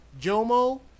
Jomo